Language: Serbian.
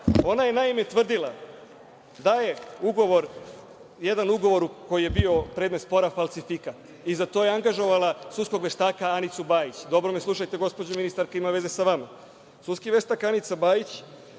je naime tvrdila da je jedan ugovor koji je bio predmet spora falsifikat i za to je angažovala sudskog veštaka Anicu Bajić. Dobro me slušajte gospođo ministarka, ima veze sa vama. Sudski veštak Anica Bajić